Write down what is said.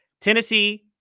Tennessee